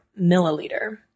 milliliter